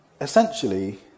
essentially